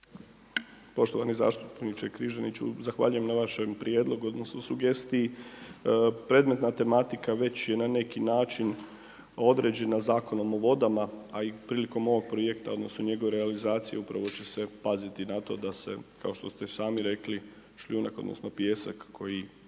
Poštovani zastupniče Križaniću, zahvaljujem na vašem prijedlogu odnosno sugestiji, predmetna tematika već je na neki način određena Zakonom o vodama a i prilikom ovog projekta, odnosno njegove realizacije upravo će se paziti na to da se kao što ste i sami rekli šljunak, odnosno pijesak koji